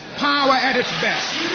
power at its best